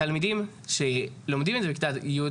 התלמידים שלומדים את זה בכיתה י'